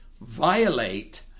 violate